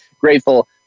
grateful